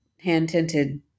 hand-tinted